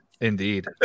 Indeed